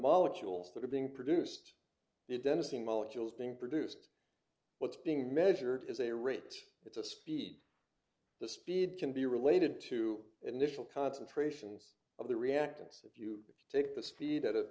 molecules that are being produced it dennison molecules being produced what's being measured is a rate it's a speed the speed can be related to initial concentrations of the reactants if you take the speed at a